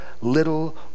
little